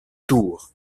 tours